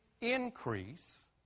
increase